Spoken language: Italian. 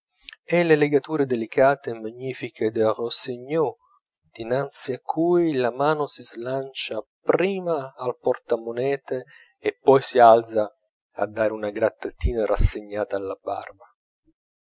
e le legature delicate e magnifiche del rossigneux dinanzi a cui la mano si slancia prima al portamonete e poi si alza a dare una grattatina rassegnata alla barba